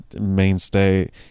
mainstay